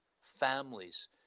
families